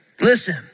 Listen